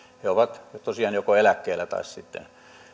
he ovat tosiaan joko eläkkeellä tai sitten